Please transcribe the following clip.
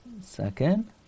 second